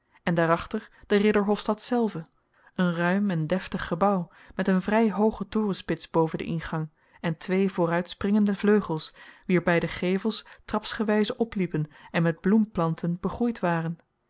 en daarachter de ridderhofstad zelve een ruim en deftig gebouw met een vrij hooge torenspits boven den ingang en twee vooruitspringende vleugels wier beide gevels trapsgewijze opliepen en met bloemplanten begroeid waren